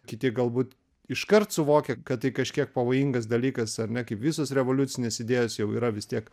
kiti galbūt iškart suvokė kad tai kažkiek pavojingas dalykas ar ne kaip visos revoliucinės idėjos jau yra vis tiek